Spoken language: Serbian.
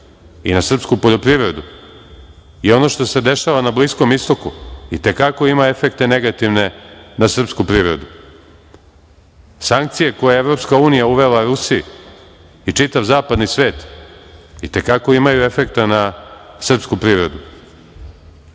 i na srpsku poljoprivredu. I, ono što se dešava na bliskom istoku itekako ima efekta negativne na srpsku privredu. Sankcije koje EU uvela Rusiji i čitav zapadni svet, i te kako imaju efekta na srpsku privredu.